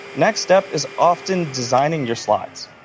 next step is often designing your slides.